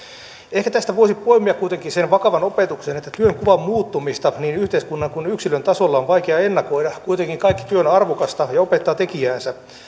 ehkä tästä voisi poimia kuitenkin sen vakavan opetuksen että työnkuvan muuttumista niin yhteiskunnan kuin yksilön tasolla on vaikea ennakoida kuitenkin kaikki työ on arvokasta ja opettaa tekijäänsä